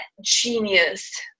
genius